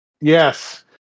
Yes